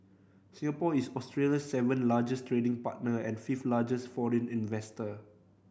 Singapore is Australia's seventh largest trading partner and fifth largest foreign investor